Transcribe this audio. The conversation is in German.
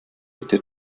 bitte